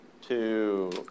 Two